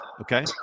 Okay